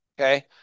okay